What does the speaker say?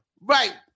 Right